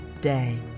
day